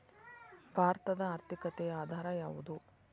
ಭಾರತದ ಆರ್ಥಿಕತೆಯ ಆಧಾರ ಯಾವುದು?